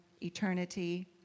eternity